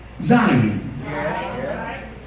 Zion